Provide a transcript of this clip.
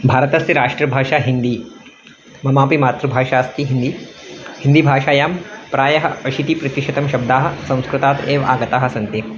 भारतस्य राष्ट्रभाषा हिन्दी ममापि मातृभाषा अस्ति हिन्दी हिन्दीभाषायां प्रायः अशीतिप्रतिशतं शब्दाः संस्कृतात् एव आगताः सन्ति